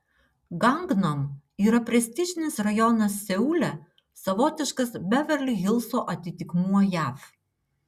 gangnam yra prestižinis rajonas seule savotiškas beverli hilso atitikmuo jav